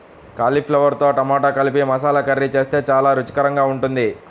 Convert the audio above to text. కాలీఫ్లవర్తో టమాటా కలిపి మసాలా కర్రీ చేస్తే చాలా రుచికరంగా ఉంటుంది